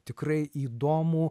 tikrai įdomų